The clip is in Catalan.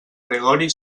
gregori